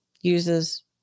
uses